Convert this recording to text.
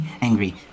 angry